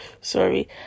sorry